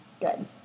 good